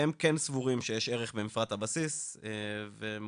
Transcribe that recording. והם כן סבורים שיש ערך במפרט הבסיס והם